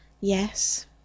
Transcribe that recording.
Yes